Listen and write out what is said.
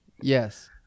Yes